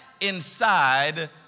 inside